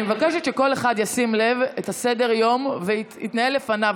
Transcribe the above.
אני מבקשת שכל אחד ישים לב לסדר-היום ויתנהל לפיו.